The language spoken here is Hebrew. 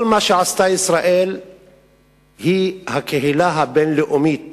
כל מה שעשתה ישראל היא עשתה כי הקהילה הבין-לאומית